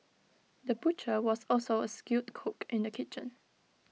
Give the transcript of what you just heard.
the butcher was also A skilled cook in the kitchen